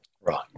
Right